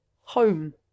home